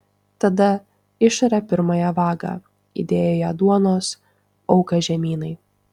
tada išarę pirmąją vagą įdėdavo į ją duonos auką žemynai